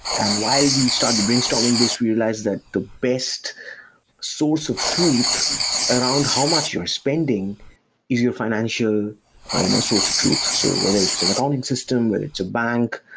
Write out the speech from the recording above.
and while we started brainstorming this, we realized that the best source of truth around how much you're spending is your financial you know source of truth, so whether it's an accounting system, whether it's a bank,